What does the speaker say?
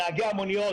נהגי המוניות,